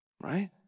Right